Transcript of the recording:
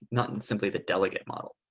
not and simply the delegate model.